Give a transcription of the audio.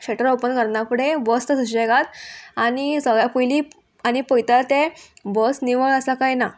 shutter open करना फुडें बसतां सुशेगाद आनी सगळ्या पयलीं आनी पयतां तें बस निवळ आसा काय ना